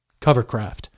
Covercraft